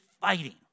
fighting